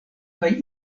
kaj